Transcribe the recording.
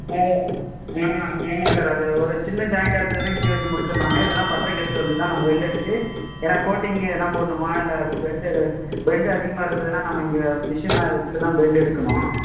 ஆ அது ஆ ஆமாம் சார் அது ஒரு சின்ன ஜாயிண்டாக இருந்ததுனா இங்கே வச்சு முடிச்சிடுலாங்க இல்லைனா பட்டறைக்கு எடுத்துட்டு வந்து தான் நம்ம வெல்ட் அடித்து ஏன்னால் கோட்டிங் எதனா போடுமா இல்லை அது பெண்ட் எதுவும் பெண்ட் அதிகமாக இருந்ததுனா நம்ம இங்கே மிஷின்லாம் வச்சுட்டு தான் பெண்ட் எடுக்கணும்